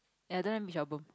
i don't like mitch-albom